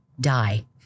die